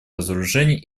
разоружения